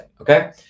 Okay